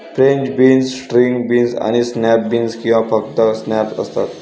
French beans, string beans आणि snap beans किंवा फक्त स्नॅप्स असतात